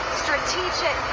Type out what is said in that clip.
strategic